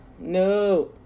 No